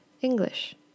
English